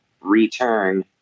return